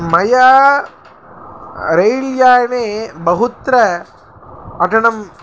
मया रैलयाने बहुत्र अटनम्